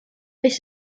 this